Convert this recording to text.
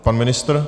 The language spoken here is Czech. Pan ministr?